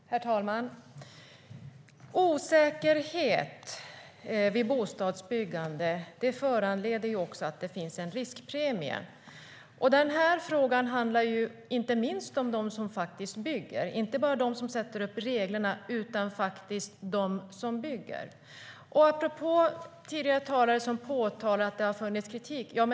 Herr talman! Osäkerhet vid bostadsbyggande föranleder att det finns en riskpremie. Frågan handlar inte minst om dem som bygger. Det gäller inte bara dem som sätter upp reglerna utan dem som faktiskt bygger. Tidigare talare har sagt att det har funnits kritik.